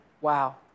Wow